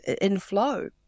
inflow